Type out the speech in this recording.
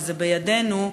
וזה בידינו.